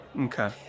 Okay